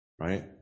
Right